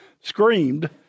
screamed